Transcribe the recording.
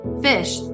fish